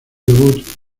debut